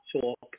talk